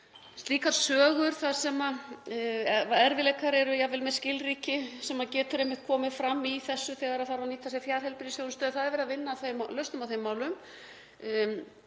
slíkar sögur þar sem erfiðleikar eru jafnvel með skilríki sem getur einmitt komið fram í þessu þegar þarf að nýta sér fjarheilbrigðisþjónustu. Það er verið að vinna að lausnum á þeim málum